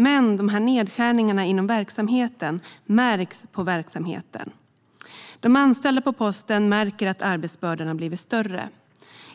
Men nedskärningarna märks i verksamheten. De anställda på posten märker att arbetsbördan har blivit större.